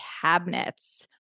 cabinets